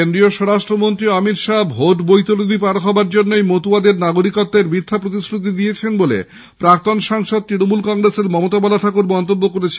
কেন্দ্রীয় স্বরাষ্ট্রমন্ত্রী অমিত শাহ্ ভোট বৈতরণি পার হওয়ার জন্যই মতুয়াদের নাগরিকত্বের মিথ্যা প্রতিশ্রুতি দিয়েছেন বলে প্রাক্তন সাংসদ তৃণমূল কংগ্রেসের মমতাবালা ঠাকুর মন্তব্য করেছেন